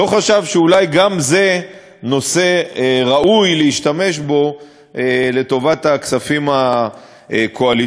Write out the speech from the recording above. לא חשב שאולי גם זה נושא ראוי להשתמש בו לטובת הכספים הקואליציוניים.